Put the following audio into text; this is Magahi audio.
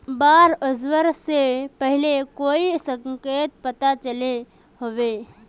बाढ़ ओसबा से पहले कोई संकेत पता चलो होबे?